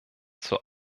zur